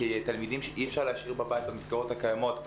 כתלמידים שאי-אפשר להשאיר בבית במסגרות הקיימות.